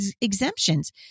exemptions